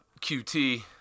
QT